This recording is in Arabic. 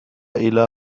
إلى